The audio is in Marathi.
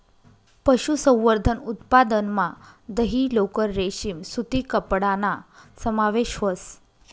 पशुसंवर्धन उत्पादनमा दही, लोकर, रेशीम सूती कपडाना समावेश व्हस